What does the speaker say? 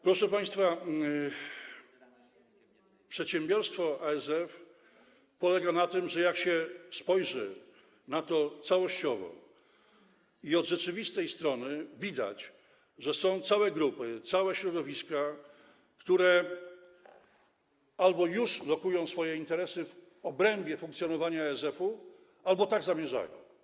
Proszę państwa, przedsiębiorstwo ASF polega na tym, że jak się spojrzy na to całościowo i od rzeczywistej strony, to widać, że są całe grupy, całe środowiska, które albo już lokują swoje interesy w obrębie funkcjonowania ASF-u, albo zamierzają.